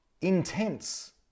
intense